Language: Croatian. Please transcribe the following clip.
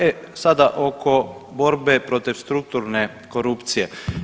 E, sada oko borbe protiv strukturne korupcije.